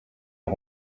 est